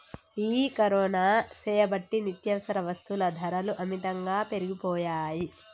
ఈ కరోనా సేయబట్టి నిత్యావసర వస్తుల ధరలు అమితంగా పెరిగిపోయాయి